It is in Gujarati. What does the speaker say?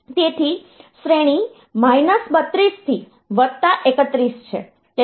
તેથી શ્રેણી માઈનસ 32 થી વત્તા 31 છે